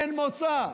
אין מוצא,